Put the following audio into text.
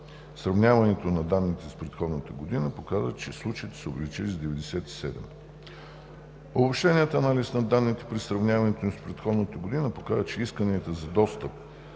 Сравняването на данните с предходната година показва, че случаите са се увеличили с 97. Обобщеният анализ на данните при сравняването им с предходната година показва, че исканията за достъп